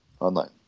online